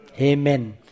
Amen